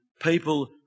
people